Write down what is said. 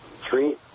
three